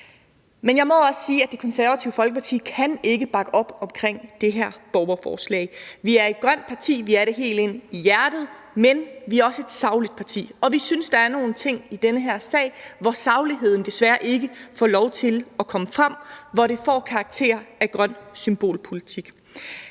Men jeg må også sige, at Det Konservative Folkeparti ikke kan bakke op om det her borgerforslag. Vi er et grønt parti – vi er det helt ind i hjertet – men vi er også et sagligt parti, og vi synes, der er nogle ting i den her sag, hvor sagligheden desværre ikke får lov til at komme frem, og hvor det får karakter af grøn symbolpolitik.